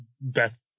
best